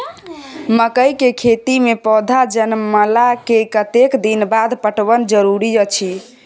मकई के खेती मे पौधा जनमला के कतेक दिन बाद पटवन जरूरी अछि?